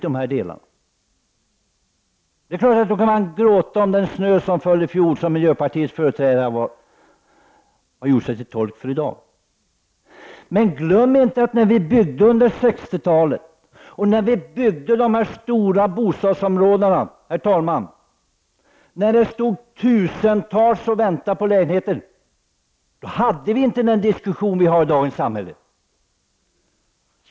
Visst kan man tala om den snö som föll i fjol, som miljöpartiets företrädare har gjort i dag. Men glöm inte att när dessa stora bostadsområden byggdes under 60-talet och när det stod tusentals människor i kö och väntade på lägenheter, hade vi inte den diskussion som vi har i dagens samhälle.